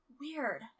Weird